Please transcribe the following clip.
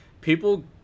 people